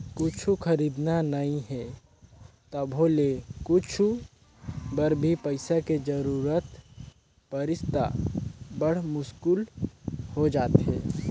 कुछु खरीदना नइ हे तभो ले कुछु बर भी पइसा के जरूरत परिस त बड़ मुस्कुल हो जाथे